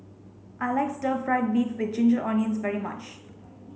I like stir fried beef with ginger onions very much